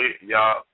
y'all